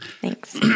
Thanks